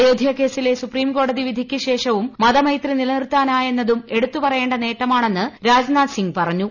അയോധ്യ കേസിലെ സുപ്രീം കോടതി വിധിയ്ക്ക് ശേഷവും മതമൈത്രി നിലനിർത്താനായിയെന്നതും എടുത്തു പറയേണ്ട നേട്ടമാണെന്ന് രാജ്നാഥ് സിംഗ് പറഞ്ഞു